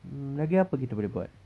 mm lagi apa kita boleh buat